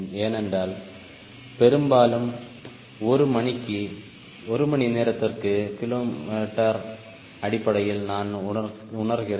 ஏனென்றால் பெரும்பாலும் ஒரு மணி நேரத்திற்கு கிலோமீட்டர் அடிப்படையில் நாம் உணர்கிறோம்